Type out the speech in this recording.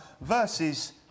versus